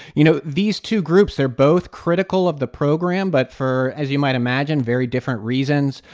you know, these two groups, they're both critical of the program but for, as you might imagine, very different reasons.